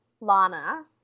Lana